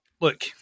look